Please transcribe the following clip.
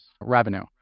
revenue